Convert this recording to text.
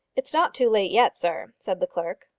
it's not too late yet, sir, said the clerk.